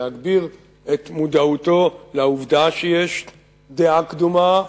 להגביר את מודעותו לעובדה שיש דעה קדומה.